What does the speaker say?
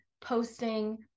posting